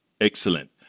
Excellent